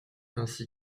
ainsi